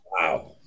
Wow